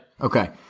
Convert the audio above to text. Okay